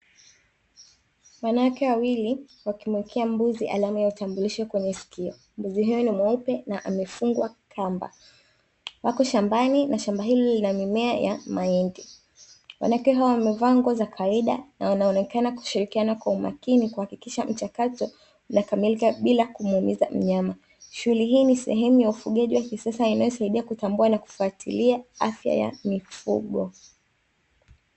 Wanawake wawili wakimwekea mbuzi alama ya utambulisho kwenye sikio, mbuzi huyo ni mweupe na amefungwa kamba, wako shambani mashamba hili la mimea ya mahindi, wanawake hawa wamevaa nguo za kawaida na wanaonekana kushirikiana kwa umakini kuhakikisha mchakato na kamilika bila kumuumiza mnyama, shughuli hii ni sehemu ya ufugaji wa kisasa inayosaidia kutambua na kufuatilia afya ya mifugo.